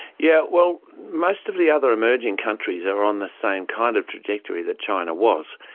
yeah well, most of the other emerging countries are on the same kind of trajectory that china was.